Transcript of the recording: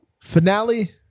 Finale